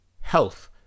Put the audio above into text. health